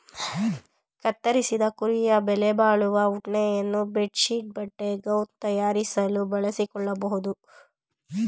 ಕತ್ತರಿಸಿದ ಕುರಿಯ ಬೆಲೆಬಾಳುವ ಉಣ್ಣೆಯನ್ನು ಬೆಡ್ ಶೀಟ್ ಬಟ್ಟೆ ಗೌನ್ ತಯಾರಿಸಲು ಬಳಸಿಕೊಳ್ಳಬೋದು